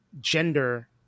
gender